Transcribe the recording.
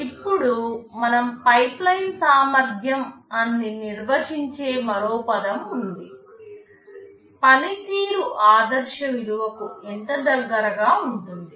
ఇప్పుడు మనం pipeline సామర్థ్యం అని నిర్వచించే మరో పదం ఉంది పనితీరు ఆదర్శ విలువకు ఎంత దగ్గరగా ఉంటుంది